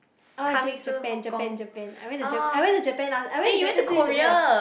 oh Japan Japan Japan I went to Jap~ I went to Japan last I went Japan two years ago